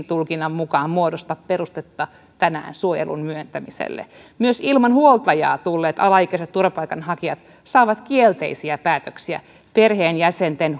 tulkinnan mukaan muodosta perustetta tänään suojelun myöntämiselle myös ilman huoltajaa tulleet alaikäiset turvapaikanhakijat saavat kielteisiä päätöksiä perheenjäsenten